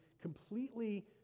completely